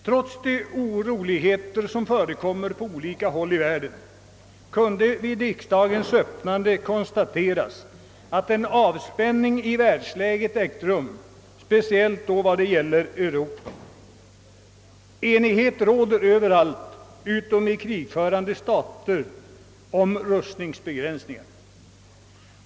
Trots de oroligheter som förekommer på olika håll i världen konstaterades det vid riksdagens öppnande att en avspänning i världsläget ägt rum, framför allt i Europa. Enighet råder överallt — utom i krigförande stater — om en rustningsbegränsning.